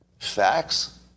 Facts